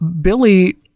Billy